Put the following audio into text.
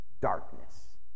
darkness